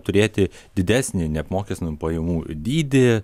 turėti didesnį neapmokestinamų pajamų dydį